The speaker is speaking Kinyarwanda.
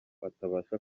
atabasha